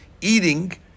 eating